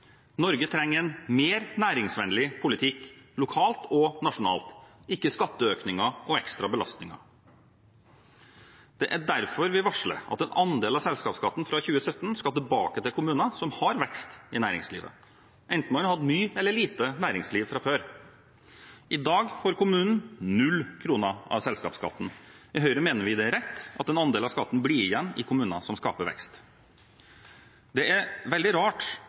Norge trenger en mer næringsvennlig politikk lokalt og nasjonalt, ikke skatteøkninger og ekstra belastninger. Det er derfor vi varsler at en andel av selskapsskatten fra 2017 skal tilbake til kommuner som har vekst i næringslivet – enten man hadde mye eller lite næringsliv fra før. I dag får kommunen null kroner av selskapsskatten. I Høyre mener vi det er rett at en andel av skatten blir igjen i kommuner som skaper vekst. Det er veldig rart